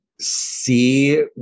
see